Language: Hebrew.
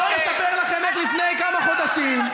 ובואו נספר כמה סיפורים.